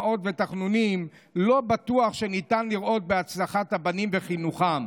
דמעות ותחנונים לא בטוח שניתן לראות בהצלחת הבנים וחינוכם.